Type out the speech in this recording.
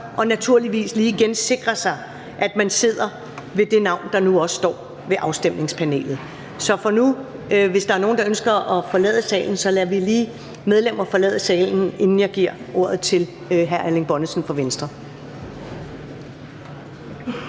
og naturligvis igen lige sikrer sig, at man sidder ved ens navn, der står på afstemningspanelet. Hvis der er nogle, der ønsker at forlade salen, lader vi lige de medlemmer forlade salen, inden jeg giver ordet til hr. Erling Bonnesen fra Venstre.